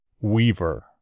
Weaver